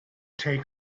take